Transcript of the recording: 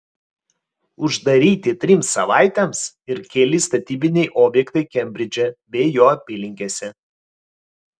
uždaryti trims savaitėms ir keli statybiniai objektai kembridže bei jo apylinkėse